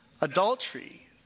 adultery